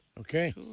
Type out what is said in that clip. Okay